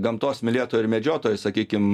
gamtos mylėtojai ir medžiotojai sakykim